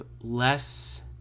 less